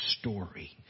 story